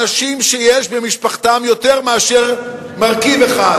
אנשים שיש במשפחתם יותר מאשר מרכיב אחד,